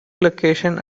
location